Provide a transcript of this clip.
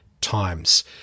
times